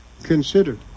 considered